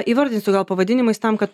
įvardinsiu gal pavadinimais tam kad